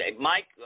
Mike